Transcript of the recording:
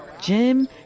Jim